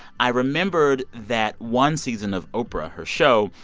i remembered that one season of oprah, her show,